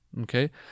Okay